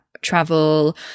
travel